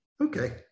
Okay